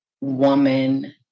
woman